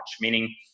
meaning